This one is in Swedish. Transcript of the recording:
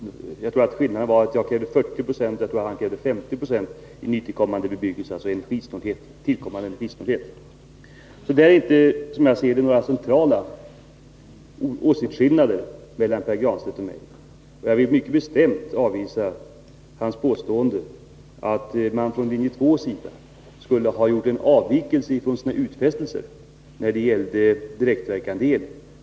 Jag tror att jag krävde 40 96 och han krävde 50 26 i energisnålhet. Här är det alltså inte, som jag ser det, några centrala åsiktsskillnader mellan Pär Granstedt och mig. Jag vill mycket bestämt avvisa hans påstående att man från linje 2:s sida skulle ha gjort en avvikelse från sina utfästelser när det gäller direktverkande el.